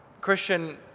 Christian